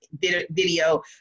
video